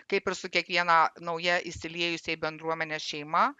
kaip ir su kiekviena nauja įsiliejusia į bendruomenę šeima